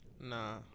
Nah